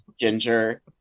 Ginger